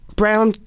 brown